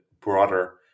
broader